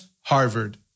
Harvard